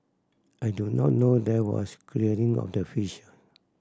I do not know there was clearing of the fish